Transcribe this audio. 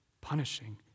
punishing